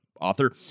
author